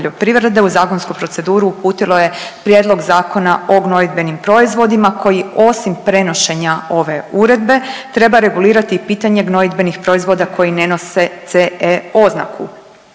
u zakonsku proceduru uputilo je prijedlog Zakona o gnojidbenim proizvodima koji osim prenošenja ove uredbe treba regulirati i pitanje gnojidbenih proizvoda koji ne nose CE oznaku.